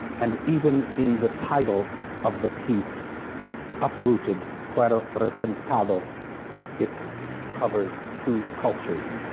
and even in the title of the piece uprooted pero replantado it covers two cultures.